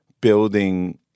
building